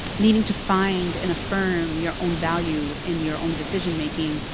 needing to find and affirm your own value in your own decision making,